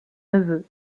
neveu